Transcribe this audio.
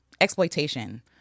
exploitation